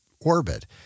orbit